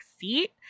seat